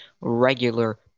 regular